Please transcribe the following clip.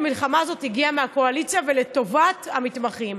המלחמה הזאת הגיעה מהקואליציה ולטובת המתמחים.